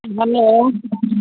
hello